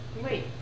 wait